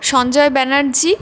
Sanjay Banerjee